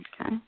Okay